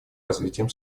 развитием